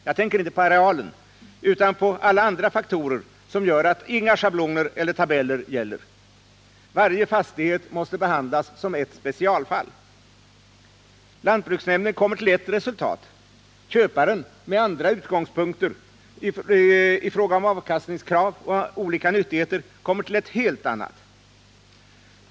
Jag tänker inte på arealen utan på alla andra faktorer som gör att inga schabloner eller tabeller gäller — varje fastighet måste behandlas som ett specialfall. Lantbruksnämnden kommer fram till ett resultat — köparen med andra utgångspunkter i fråga om avkastningskrav och olika nyttigheter kommer fram till ett helt annat.